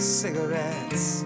cigarettes